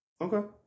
Okay